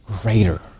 greater